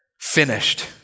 finished